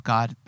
God